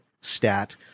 stat